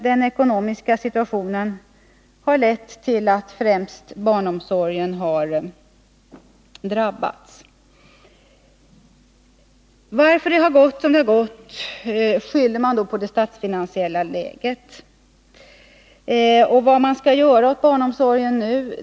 Den ekonomiska situationen har lett till att främst barnomsorgen har drabbats. Att det har gått som det har gått skyller man på det statsfinansiella läget. Vad skall göras åt barnomsorgen nu?